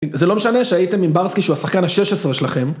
זה לא משנה שהייתם עם ברסקי שהוא השחקן ה-16 שלכם